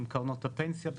עם קרנות הפנסיה,